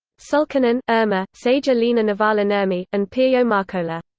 sulkunen, irma, seija-leena nevala-nurmi, and pirjo markkola.